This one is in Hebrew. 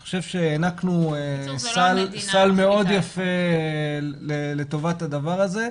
אני חושב שהענקנו סל מאוד יפה לטובת הדבר הזה.